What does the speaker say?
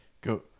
go